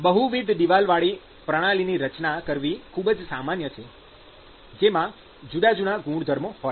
બહુવિધ દિવાલવાળી પ્રણાલીની રચના કરવી ખૂબ સામાન્ય છે જેમાં જુદા જુદા ગુણધર્મો હોય